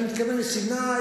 אני מתכוון לסיני,